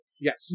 Yes